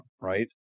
right